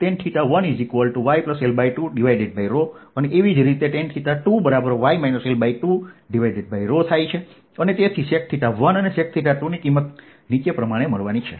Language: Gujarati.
tan 1 yL2તે જ રીતે tan 2 y L2 અને તેથી sec 1અને sec 2 ની કિંમત નીચે પ્રમાણે મળશે